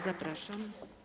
Zapraszam.